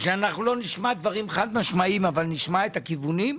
שאנחנו לא נשמע דברים חד-משמעיים אבל נשמע את הכיוונים.